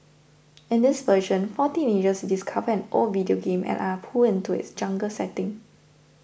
in this version four teenagers discover an old video game and are pulled into its jungle setting